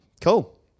Cool